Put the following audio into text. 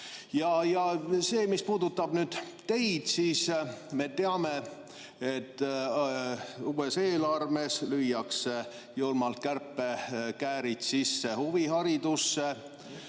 Ja mis puudutab nüüd teid, siis me teame, et uues eelarves lüüakse julmalt kärpekäärid sisse huviharidusse.